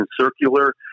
circular